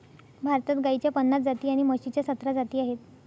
भारतात गाईच्या पन्नास जाती आणि म्हशीच्या सतरा जाती आहेत